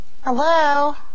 Hello